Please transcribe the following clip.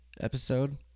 episode